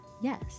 yes